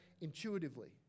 intuitively